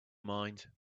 mind